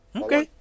okay